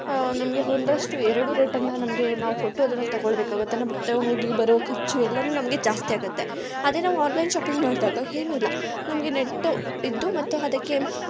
ನಮಗೆ ಒಂದಷ್ಟು ಎರಡು ರೇಟನ್ನು ನಮಗೆ ನಾವು ಕೊಟ್ಟು ಅದನ್ನು ತೊಗೊಳ್ಬೇಕಾಗುತ್ತೆ ಮತ್ತೆ ಹೋಗಿ ಬರೋ ಖರ್ಚು ಎಲ್ಲವು ನಮಗೆ ಜಾಸ್ತಿಯಾಗುತ್ತೆ ಅದೆ ನಾವು ಆನ್ಲೈನ್ ಶಾಪಿಂಗ್ ಮಾಡ್ದಾಗ ಏನು ಇಲ್ಲ ನಮಗೆ ನೆಟ್ಟ್ ಇದ್ದು ಮತ್ತು ಅದಕ್ಕೆ